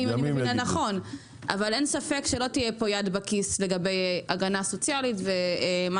אבל אין ספק שלא תהיה פה יד בכיס לגבי הגנה סוציאלית ומה